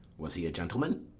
was he a gentleman?